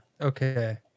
okay